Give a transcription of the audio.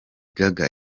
gaga